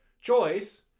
choice